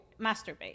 masturbate